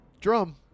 Drum